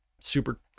super